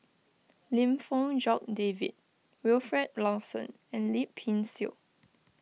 Lim Fong Jock David Wilfed Lawson and Lip Pin Xiu